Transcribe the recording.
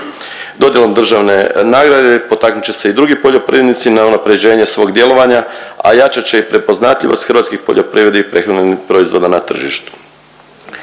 Dodjelom državne nagrade potaknut će se i drugi poljoprivrednici na unapređenje svog djelovanja, a jačat će i prepoznatljivost hrvatskih poljoprivrednih prehrambenih proizvoda na tržištu.